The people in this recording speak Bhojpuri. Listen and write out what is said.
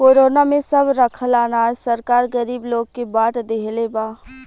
कोरोना में सब रखल अनाज सरकार गरीब लोग के बाट देहले बा